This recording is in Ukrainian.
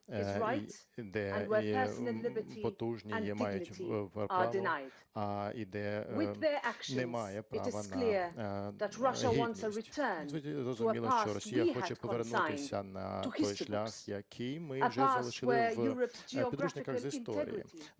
де потужні мають право, де немає права на гідність. Зрозуміло, що Росія хоче повернутися на той шлях, який ми вже залишили в підручниках з історії,